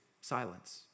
silence